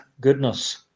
goodness